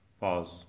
Pause